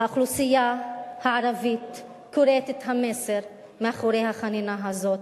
האוכלוסייה הערבית קוראת את המסר שמאחורי החנינה הזאת.